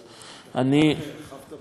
אתה כל כך הרחבת בתשובה זאת,